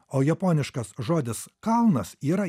o japoniškas žodis kalnas yra